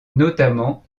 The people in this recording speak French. notamment